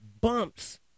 bumps